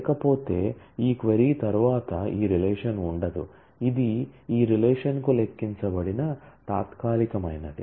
లేకపోతే ఈ క్వరీ తరువాత ఈ రిలేషన్ ఉండదు ఇది ఈ రిలేషన్ కు లెక్కించబడిన తాత్కాలికమైనది